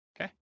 Okay